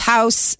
House